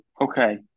Okay